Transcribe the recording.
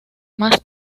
más